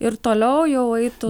ir toliau jau eitų